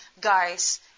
guys